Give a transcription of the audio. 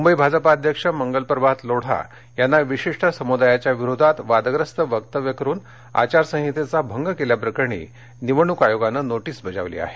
मंबई भाजपा अध्यक्ष मंगल प्रभात लोढा यांना विशिष्ट समुदायाविरोधात वादग्रस्त वक्तव्य करुन आचार संहितेचा भंग केल्याप्रकरणी निवडणूक आयोगानं नोटीस बजावली आहे